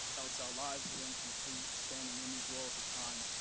else our lives are incomplete, standing in these walls of time.